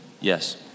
yes